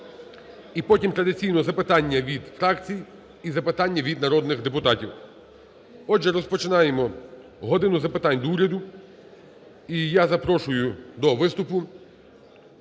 І потім традиційно запитання від фракцій і запитання від народних депутатів. Отже, розпочинаємо "годину запитань до Уряду". І я запрошую до виступу